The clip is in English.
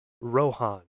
Rohan